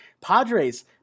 Padres